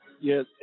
Yes